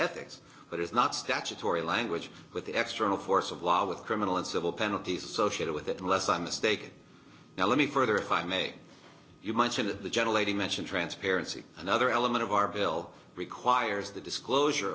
ethics but it's not statutory language with the extra force of law with criminal and civil penalties associated with it unless i'm mistaken now let me further if i may you might say that the generating mention transparency another element of our bill requires the disclosure